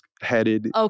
headed